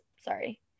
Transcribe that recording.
sorry